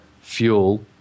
fuel